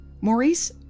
Maurice